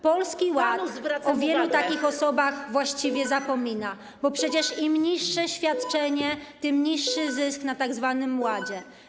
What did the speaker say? Polski Ład o wielu takich osobach właściwie zapomina, bo przecież im niższe świadczenie, tym niższy zysk na tzw. ładzie.